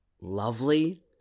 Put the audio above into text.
lovely